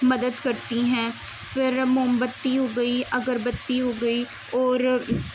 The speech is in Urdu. مدد کرتی ہیں پھر مومبتی ہو گئی اگربتی ہو گئی اور